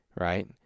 right